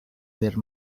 their